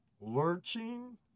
lurching